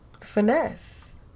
finesse